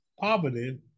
poverty